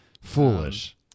Foolish